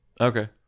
Okay